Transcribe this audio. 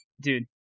Dude